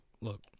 Look